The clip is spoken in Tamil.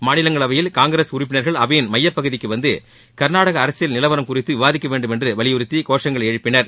மாநிலங்களவையில் காங்கிரஸ் உறுப்பினர்கள் அவையின் மையப்பகுதிக்கு வந்து கர்நாடக அரசியல் நிலவரம் குறித்து விவாதிக்கவேண்டும் என்று வலியுறுத்தி கோஷங்களை எழுப்பினர்